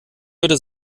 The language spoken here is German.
würde